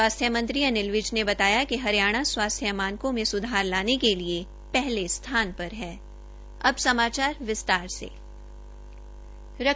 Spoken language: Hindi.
स्वास्थ्य मंत्री अनिल विज ने बताया कि हरियाणा स्वास्थ्य मानकों में सुधार लाने के लिये पहले स्थान पर रहा है